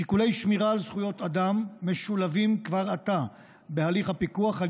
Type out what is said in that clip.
שיקולי שמירה על זכויות אדם משולבים כבר עתה בהליך הפיקוח על